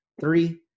Three